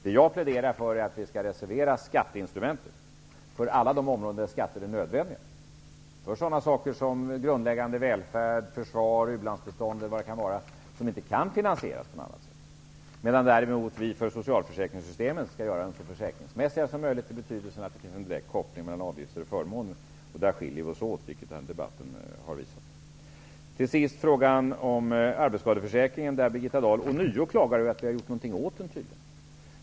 Det jag pläderar för är att vi skall reservera skatteinstrumentet för alla de områden där skatter är nödvändiga, för sådana saker som grundläggande välfärd, försvar, u-landsbistånd eller vad det kan vara, som inte kan finansieras på något annat sätt. Däremot skall vi göra socialförsäkringssystemen så försäkringsmässiga som möjligt i betydelsen att det finns en direkt koppling mellan avgifter och förmåner. Där skiljer vi oss åt, vilket den här debatten har visat. Till sist har vi frågan om arbetsskadeförsäkringen. Birgitta Dahl klagar ånyo över att vi har gjort något åt den.